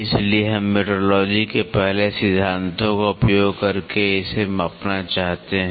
इसलिए हम मेट्रोलॉजी के पहले सिद्धांतों का उपयोग करके इसे मापना चाहते हैं